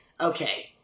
Okay